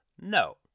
No